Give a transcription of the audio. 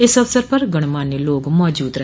इस अवसर पर गणमान्य लोग मौजूद रहे